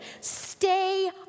Stay